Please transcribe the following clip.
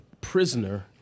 Prisoner